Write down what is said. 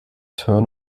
turn